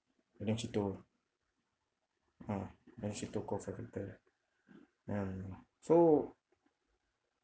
madam szeto ah then she took off and repair ya I don't know so